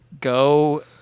go